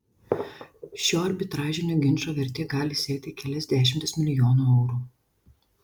šio arbitražinio ginčo vertė gali siekti kelias dešimtis milijonų eurų